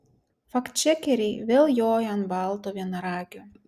faktčekeriai vėl joja ant balto vienaragio